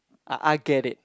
I I'll get it